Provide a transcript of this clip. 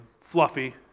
fluffy